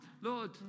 Lord